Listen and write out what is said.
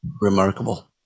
Remarkable